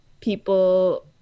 people